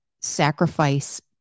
sacrifice